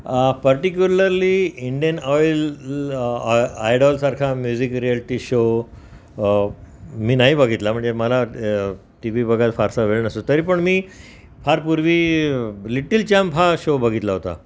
particularly Indian oil आयडॉलसारखा music reality show मी नाही बघितला म्हणजे मला टी व्ही बघायला फारसा वेळ नसतो तरी पण मी फार पूर्वी लिटील चॅम्प हा शो बघितला होता